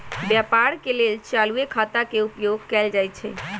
व्यापार के लेल चालूये खता के उपयोग कएल जाइ छइ